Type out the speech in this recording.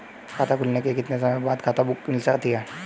खाता खुलने के कितने समय बाद खाता बुक मिल जाती है?